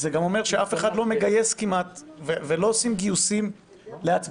זה גם אומר שאף אחד לא מגייס כמעט ולא עושים גיוסים להצבעות.